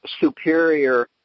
superior